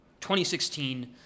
2016